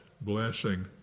blessing